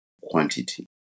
quantity